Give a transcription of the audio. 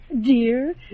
dear